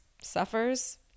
suffers